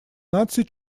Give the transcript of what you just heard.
наций